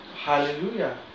Hallelujah